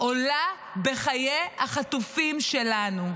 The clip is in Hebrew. עולה בחיי החטופים שלנו.